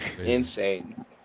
Insane